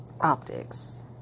Optics